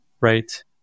right